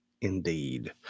indeed